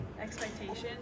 expectations